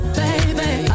baby